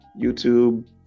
YouTube